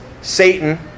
Satan